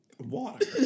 Water